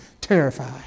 terrified